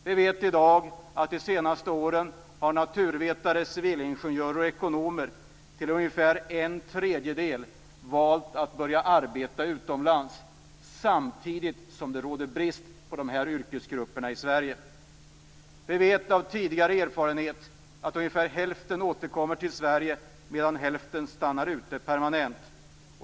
Vi vet i dag att ungefär en tredjedel av naturvetarna, civilingenjörerna och ekonomerna de senaste åren valt att börja arbeta utomlands, samtidigt som det råder brist på dessa yrkesgrupper i Sverige. Vi vet av tidigare erfarenhet att ungefär hälften återkommer till Sverige, medan hälften stannar ute permanent.